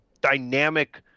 dynamic